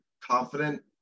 confident